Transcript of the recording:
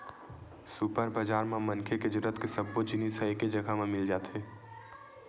super बजार म मनखे के जरूरत के सब्बो जिनिस ह एके जघा म मिल जाथे